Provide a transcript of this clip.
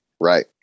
Right